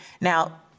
Now